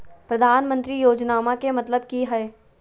प्रधानमंत्री योजनामा के मतलब कि हय?